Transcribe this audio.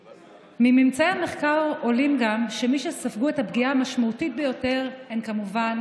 מממצאי המחקר עולה גם שמי שספגו את הפגיעה המשמעותית ביותר הם כמובן